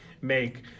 make